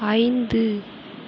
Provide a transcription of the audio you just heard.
ஐந்து